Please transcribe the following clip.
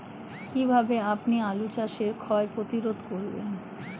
কীভাবে আপনি আলু চাষের ক্ষয় ক্ষতি প্রতিরোধ করেন?